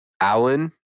Alan